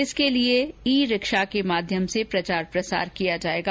इसके लिए e rickshaw के माध्यम से प्रचार प्रसार किया जायेगा